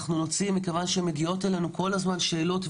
מכיוון שמגיעות אלינו כל הזמן שאלות,